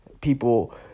People